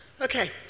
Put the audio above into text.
Okay